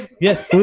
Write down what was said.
yes